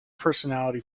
personality